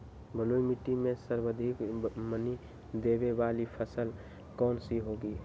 बलुई मिट्टी में सर्वाधिक मनी देने वाली फसल कौन सी होंगी?